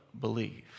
believe